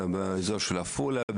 האזור של עפולה,